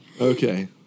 Okay